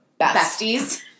besties